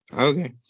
Okay